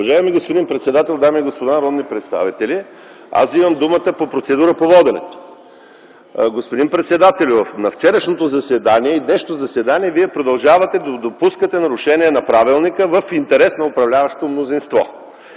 Уважаеми господин председател, дами и господа народни представители! Аз вземам думата по процедура - по воденето. Господин председателю, на вчерашното и на днешното заседание Вие продължавате да допускате нарушение на Правилника в интерес на управляващото мнозинство.